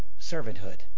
servanthood